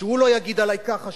שהוא לא יגיד עלי ככה,